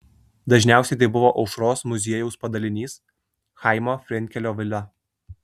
dažniausiai tai buvo aušros muziejaus padalinys chaimo frenkelio vila